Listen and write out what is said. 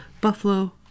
Buffalo